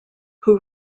who